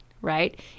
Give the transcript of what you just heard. Right